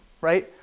right